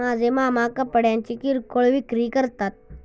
माझे मामा कपड्यांची किरकोळ विक्री करतात